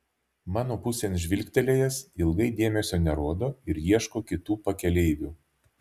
mano pusėn žvilgtelėjęs ilgai dėmesio nerodo ir ieško kitų pakeleivių